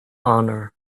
honor